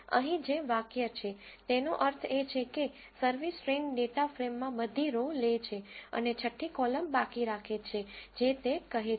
અહીં જે વાક્ય છે તેનો અર્થ એ છે કે સર્વિસ ટ્રેઈન ડેટા ફ્રેમમાં બધી રો લે છે અને છઠ્ઠી કોલમ બાકી રાખે છે જે તે કહે છે